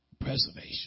Preservation